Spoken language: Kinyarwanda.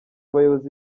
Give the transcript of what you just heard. abayobozi